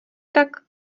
tak